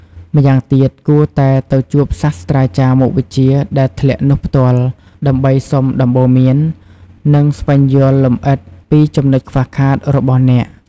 ម្យ៉ាងទៀត គួរតែទៅជួបសាស្ត្រាចារ្យមុខវិជ្ជាដែលធ្លាក់នោះផ្ទាល់ ដើម្បីសុំដំបូន្មាន និងស្វែងយល់លម្អិតពីចំណុចខ្វះខាតរបស់អ្នក។